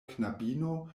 knabino